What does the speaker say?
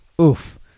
oof